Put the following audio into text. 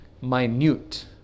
minute